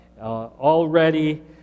Already